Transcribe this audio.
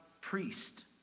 priest